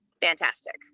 fantastic